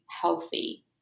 healthy